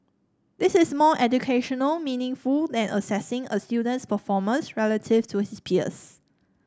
this is more educationally meaningful than assessing a student's performance relative to his peers